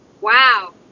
wow